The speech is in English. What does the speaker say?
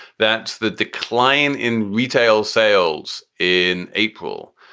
that's the decline in retail sales in april.